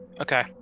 Okay